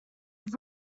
have